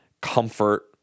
comfort